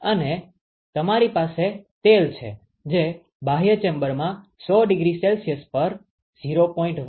અને તમારી પાસે તેલ છે જે બાહ્ય ચેમ્બરમાં 100℃ પર 0